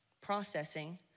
processing